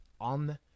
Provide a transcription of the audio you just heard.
on